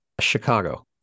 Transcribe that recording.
Chicago